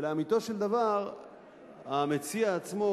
ולאמיתו של דבר המציע עצמו,